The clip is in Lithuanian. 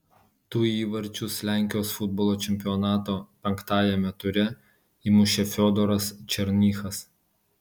du įvarčius lenkijos futbolo čempionato penktajame ture įmušė fiodoras černychas